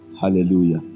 Hallelujah